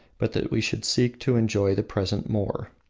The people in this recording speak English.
but that we should seek to enjoy the present more.